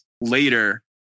later